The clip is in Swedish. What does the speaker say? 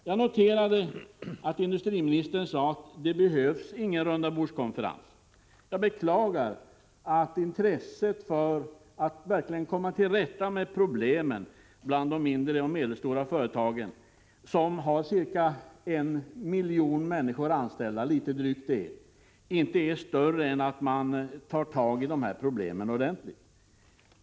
Jag noterar att industriministern sade att det behövs ingen rundabordskonferens. Jag beklagar att intresset för att verkligen komma till rätta med problemen bland de mindre och medelstora företagen, som har drygt en miljon människor anställda, inte är så stort att man tar tag i de här problemen ordentligt.